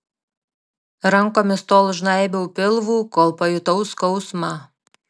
rankomis tol žnaibiau pilvų kol pajutau skausmą